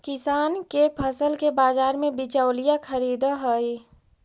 किसान के फसल के बाजार में बिचौलिया खरीदऽ हइ